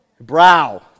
brow